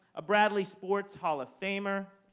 a bradley sports hall of famer,